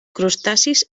crustacis